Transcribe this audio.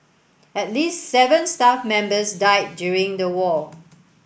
at least seven staff members died during the war